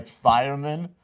firemen.